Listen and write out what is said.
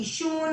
עישון